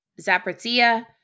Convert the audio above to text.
Zaporizhia